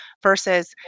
versus